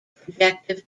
projective